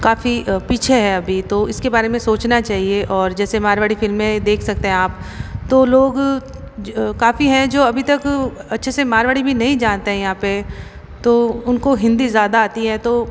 काफ़ी पीछे है अभी तो इसके बारे में सोचना चाहिए और जैसे मारवाड़ी फिल्में देख सकते आप तो लोग काफ़ी हैं जो अभी तक अच्छे से मारवाड़ी भी नहीं जानते यहाँ पर तो उनको हिन्दी ज़्यादा आती है तो